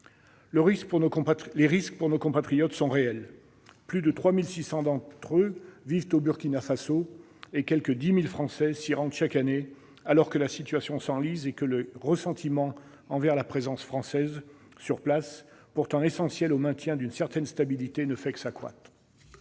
Les risques pour nos compatriotes sont réels : plus de 3 600 d'entre eux vivent au Burkina Faso et quelque 10 000 Français s'y rendent chaque année, alors que la situation s'enlise et que le ressentiment envers la présence militaire française sur place, pourtant essentielle au maintien d'une certaine stabilité, ne fait que s'accroître.